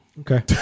Okay